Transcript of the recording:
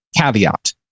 caveat